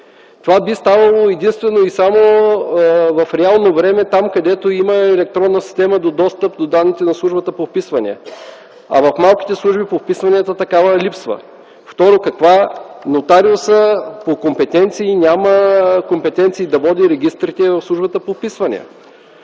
Това би ставало единствено и само в реално време там, където има електронна система до достъп до данните на службата по вписванията, а в малките служби по вписванията такава липсва. Второ, нотариусът по компетенции няма компетенции да води регистрите в службата по вписвания.